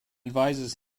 advises